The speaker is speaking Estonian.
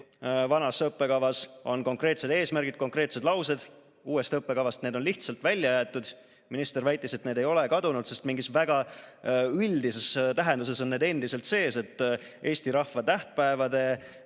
vanas õppekavas on konkreetsed eesmärgid, konkreetsed laused, uuest õppekavast on need lihtsalt välja jäetud. Minister väitis, et need ei ole kadunud, sest mingis väga üldises tähenduses on need endiselt sees, et eesti rahva tähtpäevad